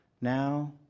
Now